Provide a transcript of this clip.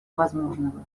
возможного